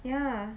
ya